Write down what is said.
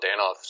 Danoff